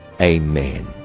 amen